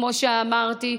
כמו שאמרתי,